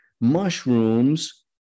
Mushrooms